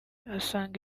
asanga